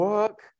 work